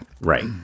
Right